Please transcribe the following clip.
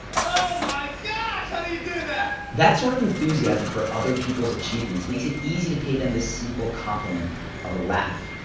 like how do you do that? that sort of enthusiasm for other people's achievements makes it easy to pay them this simple compliment of a laugh.